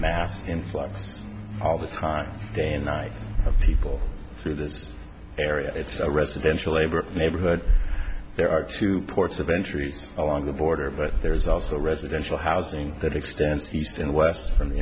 mass influx all the time day and night of people through this area it's a residential labor neighborhood there are two ports of entry along the border but there is also residential housing that extends east and west from the